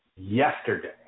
yesterday